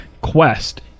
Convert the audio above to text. quest